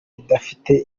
bidafite